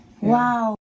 Wow